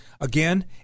Again